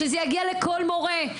שזה יגיע לכל מורה.